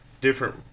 different